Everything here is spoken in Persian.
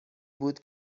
بود